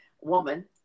woman